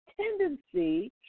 tendency